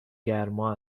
گرما